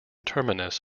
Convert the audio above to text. terminus